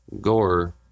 gore